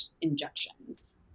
injections